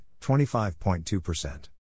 25.2%